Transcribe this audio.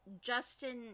Justin